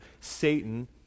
Satan